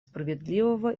справедливого